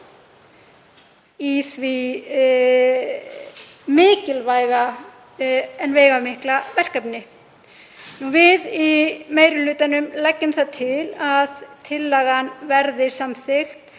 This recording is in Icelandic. í því mikilvæga og veigamikla verkefni. Við í meiri hlutanum leggjum til að tillagan verði samþykkt.